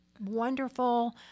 wonderful